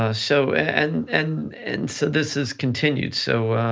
ah so and and and so this is continued, so